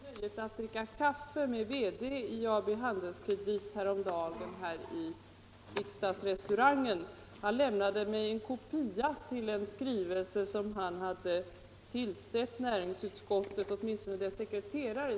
Herr talman! Jag hade nöjet att dricka kaffe med VD i AB Handelskredit häromdagen i riksdagsrestaurangen. Han lämnade mig en kopia av en skrivelse han tillställt näringsutskottet, åtminstone dess sekreterare.